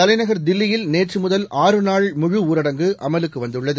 தலைநகர் தில்லியில் நேற்றுமுதல் ஆறு நாள் முழு ஊரடங்கு அமலுக்கு வந்துள்ளது